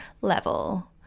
level